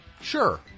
Sure